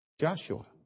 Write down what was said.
Joshua